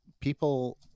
people